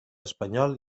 espanyol